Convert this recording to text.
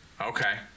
Okay